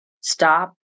stop